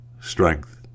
strength